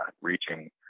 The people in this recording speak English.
reaching